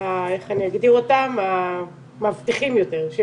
איך אגדיר אותם, המאבטחים יותר.